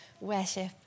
worship